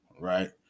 right